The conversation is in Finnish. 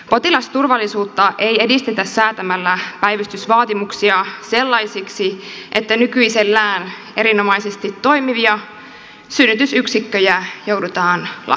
potilasturvallisuutta ei edistetä säätämällä päivystysvaatimuksia sellaisiksi että nykyisellään erinomaisesti toimivia synnytysyksikköjä joudutaan lakkauttamaan